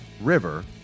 River